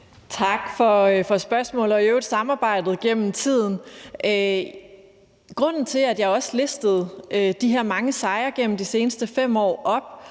Tak for spørgsmålet og i øvrigt samarbejdet igennem tiden. Grunden til, at jeg også oplistede de her mange sejre gennem de seneste 5 år,